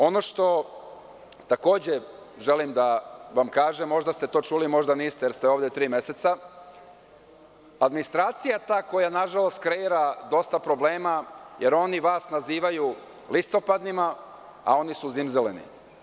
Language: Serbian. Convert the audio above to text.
Ono što takođe želim da vam kažem, možda ste to čuli, možda i niste, jer ste ovde tri meseca, administracija je ta koja nažalost kreira dosta problema, jer oni vas nazivaju listopadnima, a oni su zimzeleni.